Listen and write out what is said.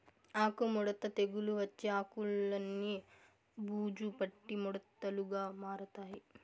ఆకు ముడత తెగులు వచ్చి ఆకులన్ని బూజు పట్టి ముడతలుగా మారతాయి